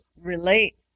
relate